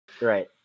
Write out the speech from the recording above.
right